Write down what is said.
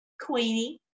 Queenie